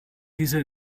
diese